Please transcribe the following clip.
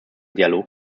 dialog